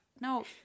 No